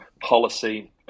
policy